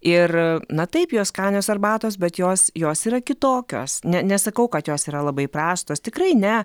ir na taip jos skanios arbatos bet jos jos yra kitokios ne nesakau kad jos yra labai prastos tikrai ne